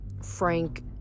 Frank